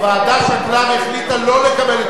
הוועדה שקלה והחליטה לא לקבל את